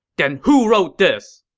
then who wrote this!